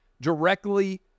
directly